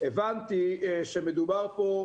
הבנתי שמדובר כאן,